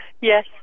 Yes